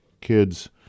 kids